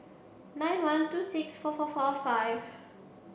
nine one two six four four four five